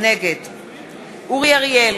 נגד אורי אריאל,